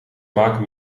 maken